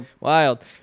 Wild